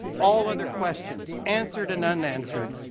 all other questions, answered and unanswered,